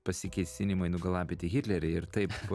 pasikėsinimai nugalabyti hitlerį ir taip